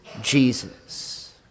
Jesus